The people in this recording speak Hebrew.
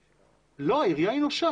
לא, העירייה היא נושה